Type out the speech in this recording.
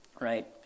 right